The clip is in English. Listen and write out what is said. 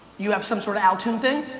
you have some sort of altoon thing?